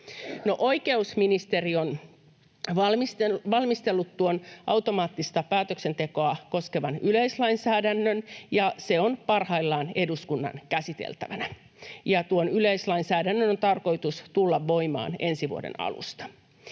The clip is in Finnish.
oikeusministeriö on valmistellut tuon automaattista päätöksentekoa koskevan yleislainsäädännön, ja se on parhaillaan eduskunnan käsiteltävänä. Tuon yleislainsäädännön on tarkoitus tulla voimaan ensi vuoden alusta.